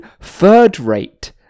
third-rate